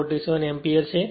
47 એમ્પીયરછે